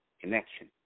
connection